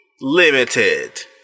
Limited